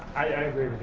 i agree with